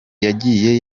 yagiye